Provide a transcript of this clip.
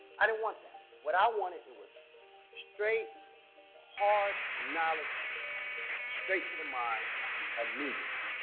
i didn't want that. what i wanted, it was straight hard knowledge straight to the mind immediately.